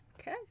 Okay